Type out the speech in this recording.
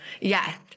yes